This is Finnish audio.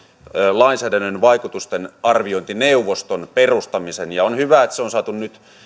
lainsäädännön vaikutusten arviointineuvoston perustamisen ja on hyvä että se on saatu nyt